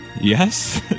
Yes